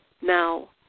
Now